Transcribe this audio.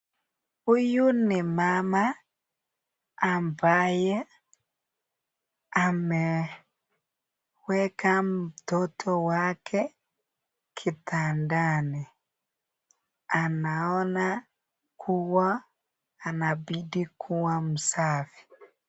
Huyu ni mama ambaye ameweka mtoto wake kitandani anaona kuwa anabidi kuwa msafi.